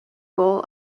goal